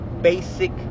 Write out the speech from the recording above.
basic